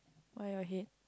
why you all hate